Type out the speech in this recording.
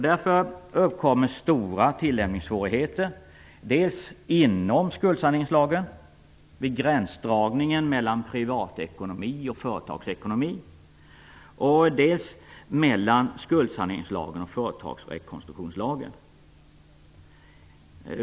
Därför uppkommer stora tillämpningssvårigheter dels inom skuldsaneringslagen vid gränsdragningen mellan privatekonomi och företagsekonomi, dels mellan skuldsaneringslagen och företagsrekonstruktionslagen.